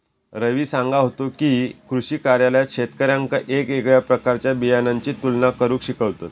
रवी सांगा होतो की, कृषी कार्यालयात शेतकऱ्यांका येगयेगळ्या प्रकारच्या बियाणांची तुलना करुक शिकवतत